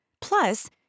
Plus